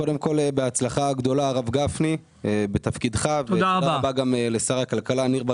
קודם כל, בהצלחה גדולה בתפקידך, הרב גפני.